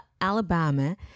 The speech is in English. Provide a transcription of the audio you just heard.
Alabama